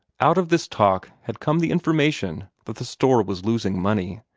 out of this talk had come the information that the store was losing money.